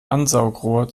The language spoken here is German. ansaugrohr